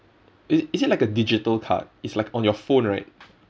i~ is it like a digital card it's like on your phone right